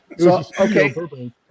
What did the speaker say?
Okay